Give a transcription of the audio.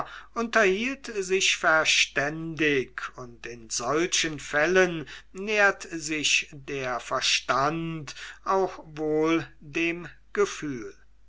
unterhielt sich verständig und in solchen fällen nähert sich der verstand auch wohl dem gefühl